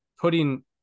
putting